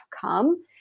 come